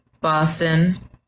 Boston